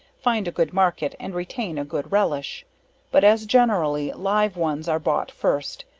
find a good market, and retain a good relish but as generally, live ones are bought first,